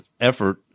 effort